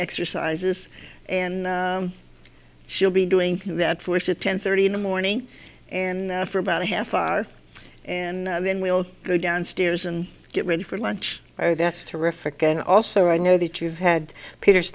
exercises and she'll be doing that first at ten thirty in the morning and for about a half hour and then we'll go downstairs and get ready for lunch or that's terrific and also i know that you've had peter